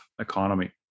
economy